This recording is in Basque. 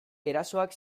erasoak